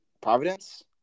Providence